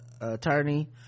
attorney